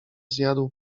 zjadł